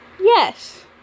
Yes